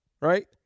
Right